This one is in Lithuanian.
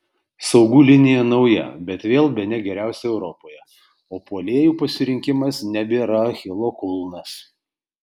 saugų linija nauja bet vėl bene geriausia europoje o puolėjų pasirinkimas nebėra achilo kulnas